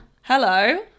Hello